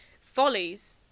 Follies